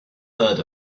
heard